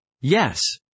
Yes